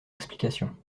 explications